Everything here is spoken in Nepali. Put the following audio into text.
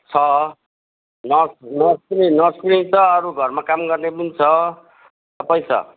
छ नर्स नर्स पनि नर्स पनि छ अरू घरमा काम गर्ने पनि छ सबै छ